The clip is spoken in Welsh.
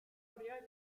oriau